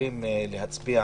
יכולים להצביע